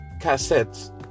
cassettes